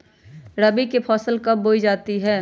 रबी की फसल कब बोई जाती है?